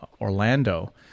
Orlando